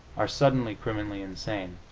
are suddenly criminally insane.